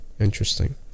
interesting